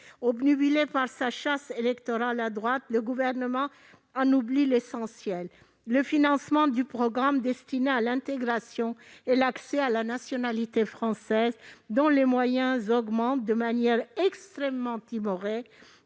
Obnubilé par sa chasse électorale à droite, le Gouvernement en oublie l'essentiel. Le financement du programme 104, « Intégration et accès à la nationalité française », connaît une augmentation extrêmement timorée